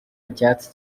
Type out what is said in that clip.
icyatsi